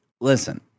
listen